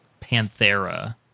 Panthera